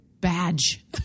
badge